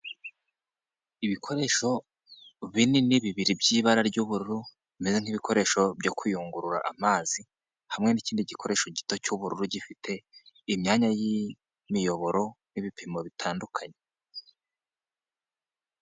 Ibikoresho binini bibiri by'ibara ry'ubururu, bimeze nk'ibikoresho byo kuyungurura amazi, hamwe n'ikindi gikoresho gito cy'ubururu gifite imyanya y'imiyoboro n'ibipimo bitandukanye.